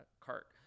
cart